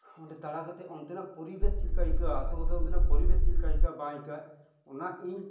ᱚᱸᱰᱮ ᱫᱟᱲᱟ ᱠᱟᱛᱮᱜ ᱚᱱᱛᱮᱱᱟᱜ ᱯᱚᱨᱤᱵᱮᱥ ᱪᱮᱫ ᱞᱮᱠᱟ ᱟᱹᱭᱠᱟᱹᱜᱼᱟ ᱟᱥᱚᱞ ᱠᱟᱛᱷᱟ ᱚᱱᱛᱮᱱᱟᱜ ᱯᱚᱨᱤᱵᱮᱥ ᱪᱮᱫ ᱞᱮᱠᱟ ᱟᱹᱭᱠᱟᱹᱜᱼᱟ ᱵᱟᱝ ᱟᱹᱭᱠᱟᱹᱜᱼᱟ ᱚᱱᱟ ᱤᱧ